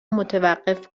متوقف